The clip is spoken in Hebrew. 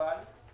מוגבל יחסית,